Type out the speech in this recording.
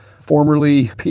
formerly